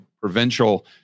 provincial